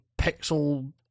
pixel